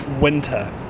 winter